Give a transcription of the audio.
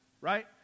right